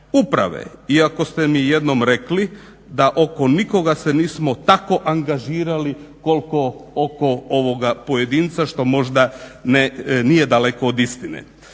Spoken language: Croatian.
Iako ste mi jednom rekli da oko nikoga se nismo tako angažirali koliko oko ovoga pojedinca što možda nije daleko od istine.